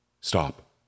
stop